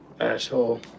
Asshole